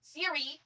Siri